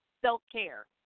self-care